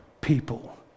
people